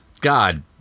God